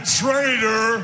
traitor